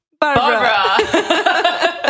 Barbara